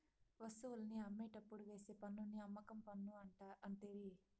వస్తువుల్ని అమ్మేటప్పుడు వేసే పన్నుని అమ్మకం పన్ను అంటిరి